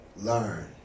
learn